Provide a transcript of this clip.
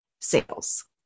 sales